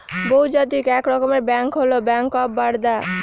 বহুজাতিক এক রকমের ব্যাঙ্ক হল ব্যাঙ্ক অফ বারদা